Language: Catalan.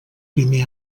primer